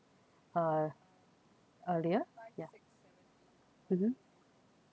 uh earlier ya mmhmm